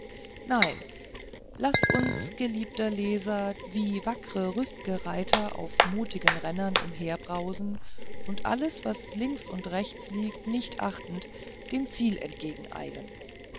nein laß uns geliebter leser wie wackre rüstige reiter auf mutigen rennern daherbrausend und alles was links und rechts liegt nicht achtend dem ziel